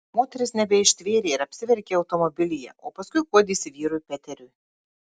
moteris nebeištvėrė ir apsiverkė automobilyje o paskui guodėsi vyrui peteriui